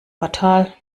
fatal